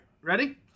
ready